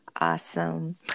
awesome